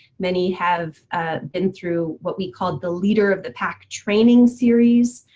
many have been through what we call the leader of the pack training series.